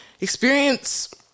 experience